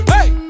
Hey